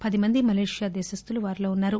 పదిమంది మలోషియా దేశస్తులు వారిలో ఉన్నారు